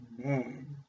amen